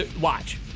watch